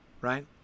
right